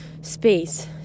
space